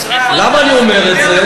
למה אני אומר את זה?